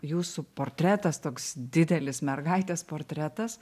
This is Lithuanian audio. jūsų portretas toks didelis mergaitės portretas